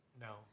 No